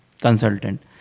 consultant